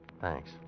Thanks